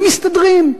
ומסתדרים.